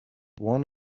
one